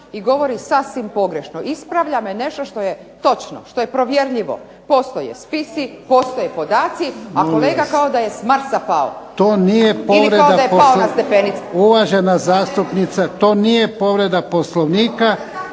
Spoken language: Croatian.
i govori sasvim pogrešno. Ispravlja me nešto što je točno, što je provjerljivo. Postoje spisi, postoje podaci, a kolega kao da je s Marsa pao. **Jarnjak, Ivan